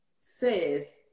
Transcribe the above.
says